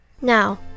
Now